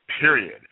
Period